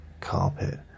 carpet